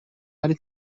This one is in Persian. ولی